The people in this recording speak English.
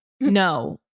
no